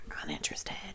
uninterested